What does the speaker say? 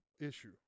issue